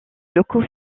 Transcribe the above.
locaux